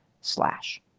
slash